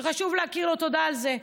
שחשוב להכיר לו תודה על זה,